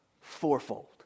fourfold